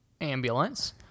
Ambulance